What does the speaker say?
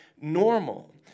normal